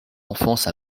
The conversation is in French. enfance